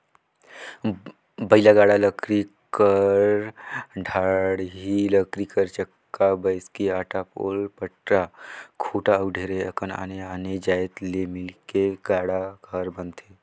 बइला गाड़ा लकरी कर डाड़ी, लकरी कर चक्का, बैसकी, आड़ा, पोल, पटरा, खूटा अउ ढेरे अकन आने आने जाएत ले मिलके गाड़ा हर बनथे